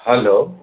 hello